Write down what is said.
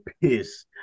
piss